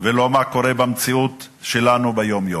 ולא מה קורה במציאות שלנו ביום-יום.